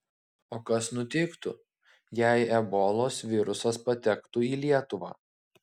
o kas nutiktų jei ebolos virusas patektų į lietuvą